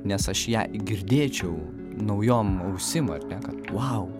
nes aš ją girdėčiau naujom ausim ar ne kad vau